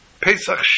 Pesach